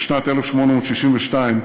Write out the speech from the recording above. בשנת 1862,